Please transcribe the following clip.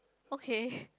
okay